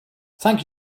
thank